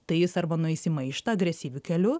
tai jis arba nueis į maištą agresyviu keliu